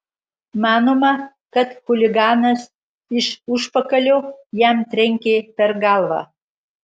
manoma kad chuliganas iš užpakalio jam trenkė per galvą